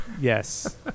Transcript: Yes